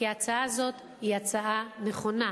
כי ההצעה הזאת היא הצעה נכונה.